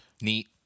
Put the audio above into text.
neat